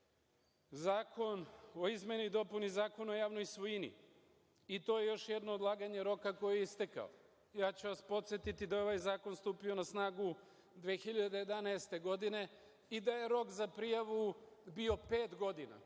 dalje. Zakon o izmeni i dopuni Zakona o javnoj svojini, i to je još jedno odlaganje roka koji je istekao. Ja ću vas podsetiti da je ovaj zakon stupio na snagu 2011. godine i da je rok za prijavu bio pet godina.